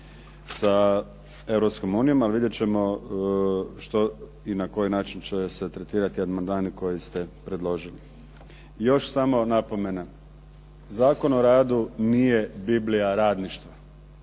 unijom, ali vidjet ćemo što i na koji način će se tretirati amandmani koje ste predložili. Još samo napomena, Zakon o radu nije biblija radništva.